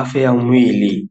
afya ya mwili.